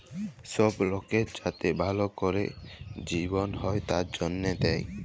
সব লকের যাতে ভাল ক্যরে জিবল হ্যয় তার জনহে দেয়